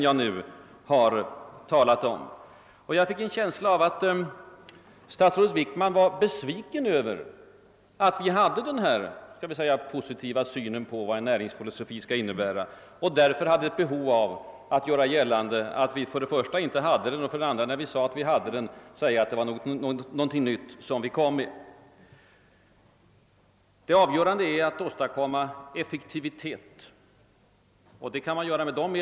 Jag fick nu en känsla av att statsrådet Wickman var besviken över att vi inom högern har denna klart redovisade uppfattning om näringslivsfilosofin och att han hade ett behov av att göra gällande, att vi nu plötsligt förde fram något helt nytt. Det avgörande är att upprätthålla effektivitet och konkurrenskraft i näringslivet.